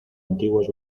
antiguos